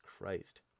Christ